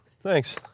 Thanks